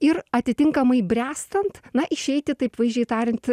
ir atitinkamai bręstant na išeiti taip vaizdžiai tariant